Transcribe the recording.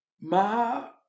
Ma